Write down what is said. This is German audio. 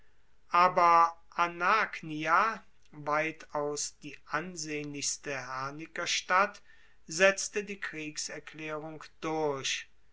aber anagnia weitaus die ansehnlichste hernikerstadt setzte die kriegserklaerung durch